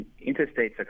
interstate